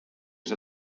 see